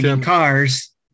cars